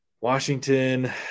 Washington